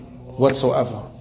Whatsoever